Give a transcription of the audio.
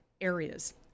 areas